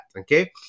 okay